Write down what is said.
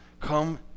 Come